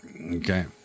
Okay